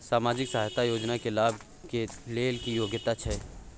सामाजिक सहायता योजना के लाभ के लेल की योग्यता छै?